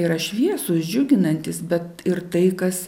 yra šviesūs džiuginantys bet ir tai kas